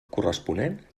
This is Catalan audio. corresponent